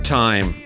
time